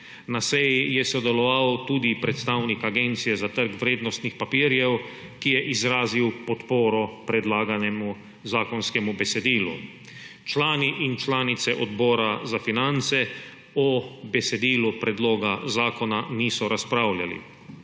Na seji je sodeloval tudi predstavnik Agencije za trg vrednostnih papirjev, ki je izrazil podporo predlaganemu zakonskemu besedilu. Člani in članice Odbora za finance o besedilu predloga zakona niso razpravljali.